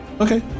Okay